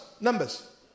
Numbers